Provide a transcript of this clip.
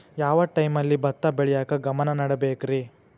ಯಾವ್ ಟೈಮಲ್ಲಿ ಭತ್ತ ಬೆಳಿಯಾಕ ಗಮನ ನೇಡಬೇಕ್ರೇ?